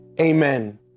Amen